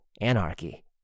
anarchy